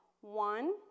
One